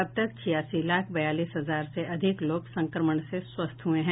अब तक छियासी लाख बयालीस हजार से अधिक लोग संक्रमण से स्वस्थ हुए हैं